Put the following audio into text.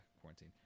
quarantine